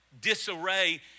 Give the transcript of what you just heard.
disarray